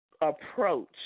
approach